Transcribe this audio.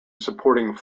supporting